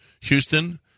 Houston